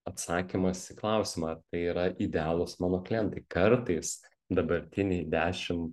atsakymas į klausimą tai yra idealūs mano klientai kartais dabartiniai dešim